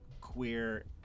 queer